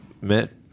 met